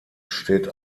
steht